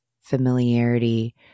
familiarity